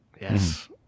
Yes